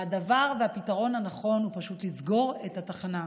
הפתרון הנכון הוא פשוט לסגור את התחנה.